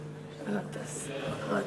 אילן, יישר כוח,